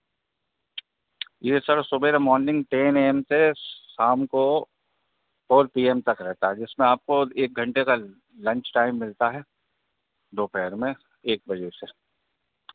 यह सर सवेरे morning ten A M से शाम को फोर पी एम तक रहता है जिसमें आपको एक घण्टे का लंच टाइम मिलता है दोपहर में एक बजे से